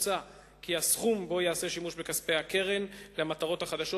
מוצע כי הסכום שבו ייעשה שימוש בכספי הקרן למטרות החדשות